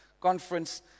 conference